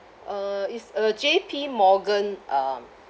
uh it's uh J_P morgan um